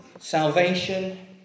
Salvation